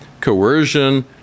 coercion